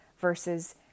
versus